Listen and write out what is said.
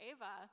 Ava